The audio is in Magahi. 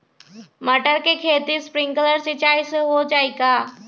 मटर के खेती स्प्रिंकलर सिंचाई से हो जाई का?